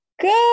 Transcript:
Good